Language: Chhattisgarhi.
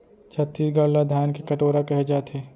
छत्तीसगढ़ ल धान के कटोरा कहे जाथे